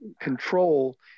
control